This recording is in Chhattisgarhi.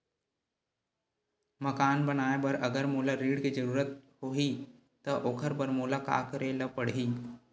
मकान बनाये बर अगर मोला ऋण के जरूरत होही त ओखर बर मोला का करे ल पड़हि?